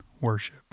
worship